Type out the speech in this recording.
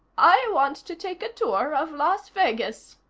i want to take a tour of las vegas,